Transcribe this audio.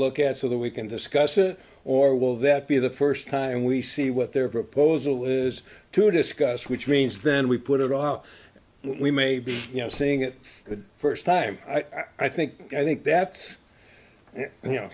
look at so that we can discuss it or will that be the first time we see what their proposal is to discuss which means then we put it out we may be you know seeing it good first time i think i think that's you know